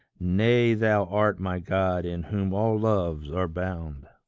nay thou art my god, in whom all loves are bound!